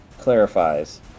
clarifies